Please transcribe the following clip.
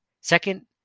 second